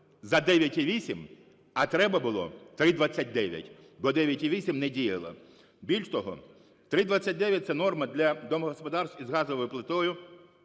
за 9,8, а треба було 3,29, бо 9,8 не діяло. Більше того, 3,29 – це норма для домогосподарств із газовою плитою